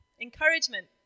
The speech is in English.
Encouragement